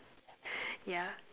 yeah